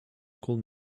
school